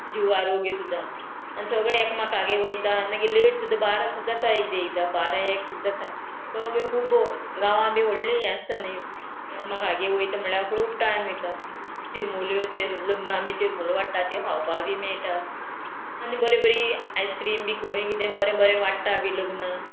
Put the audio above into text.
जिव आरोग्यो सुद्दां आनी सगळें एकामेकागेर वयता आनी मागीर लेट सुद्दां बारा सुद्दां जाता एकदां एकदां बारा एक सुद्दां जाता सगळ्यो खूब गांवां बी व्हडलीं हें आसता न्ही एकामेकागेर वयता म्हळ्यार खूब टायम वयता चिरमुल्यो तें लग्नांग बी चिरमुल्यो वाडटा त्यो खावपाक बी मेळटा आनी बरें बरी आयस्क्रीम बी कोणूय कितें बरें बरें वाडटा बी लग्नाक